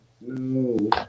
No